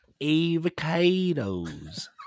Avocados